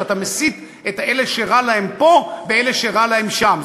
כשאתה מסית את אלה שרע להם פה באלה שרע להם שם,